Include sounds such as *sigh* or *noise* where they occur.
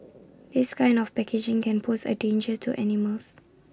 *noise* this kind of packaging can pose A danger to animals